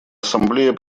ассамблея